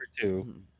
two